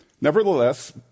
Nevertheless